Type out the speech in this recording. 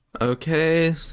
Okay